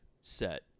set